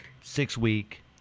six-week